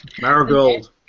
Marigold